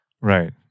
Right